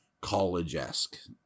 college-esque